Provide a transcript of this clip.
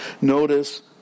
Notice